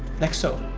like so.